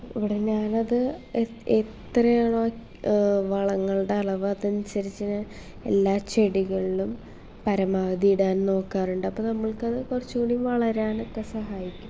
ഇവിടെ ഞാനത് എത്ര എത്രയാണോ വളങ്ങളുടെ അളവ് അതനുസരിച്ച് എല്ലാ ചെടികളിലും പരമാവധി ഇടാൻ നോക്കാറുണ്ട് അപ്പോൾ നമ്മൾക്കത് കുറച്ച് കൂടി വളരാനൊക്കെ സഹായിക്കും